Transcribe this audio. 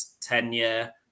tenure